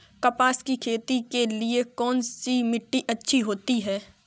कपास की खेती के लिए कौन सी मिट्टी अच्छी होती है?